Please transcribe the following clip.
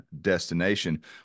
destination